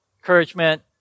encouragement